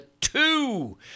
two